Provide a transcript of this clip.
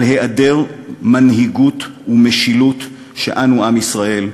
על היעדר מנהיגות ומשילות שאנו, עם ישראל,